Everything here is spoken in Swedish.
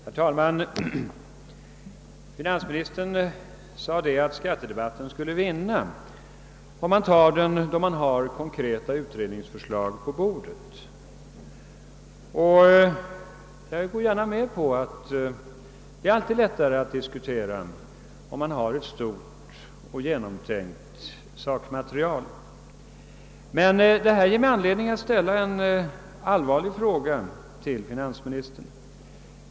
Herr talman! Finansministern sade att skattedebatten skulle vinna på att det funnes konkreta utredningsförslag på bordet. Jag håller gärna med om att det alltid är lättare att diskutera, om man har tillgång till ett stort och genomtänkt sakmaterial, och detta ger mig anledning att ställa en allvarlig fråga till finansministern.